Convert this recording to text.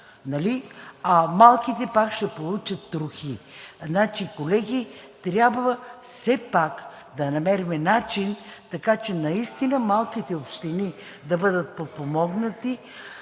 а малките пак ще получат трохи. Колеги, трябва все пак да намерим начин така, че наистина малките общини да бъдат подпомогнати.